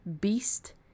beast